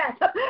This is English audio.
yes